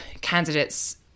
candidates